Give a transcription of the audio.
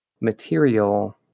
material